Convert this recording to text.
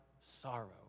sorrow